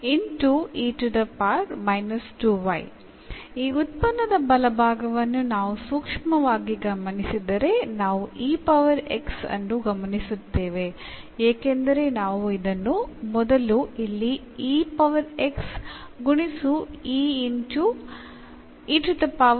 ഇതിൽ വലതുവശത്തുള്ള ഫംഗ്ഷനെ സൂക്ഷ്മമായി സൂക്ഷ്മമായി പരിശോധിച്ചാൽ ആദ്യമായി എന്നതിന് എന്ന്ആയി എഴുതാം